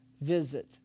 visit